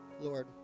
Lord